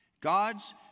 God's